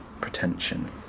pretension